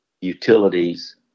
utilities